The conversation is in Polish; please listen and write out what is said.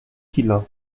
kilo